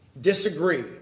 disagree